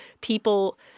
people